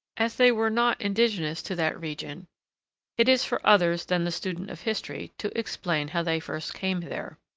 as they were not indigenous to that region it is for others than the student of history to explain how they first came there.